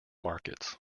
markets